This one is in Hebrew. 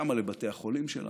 כמה לבתי החולים שלנו,